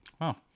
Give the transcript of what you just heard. Wow